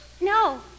No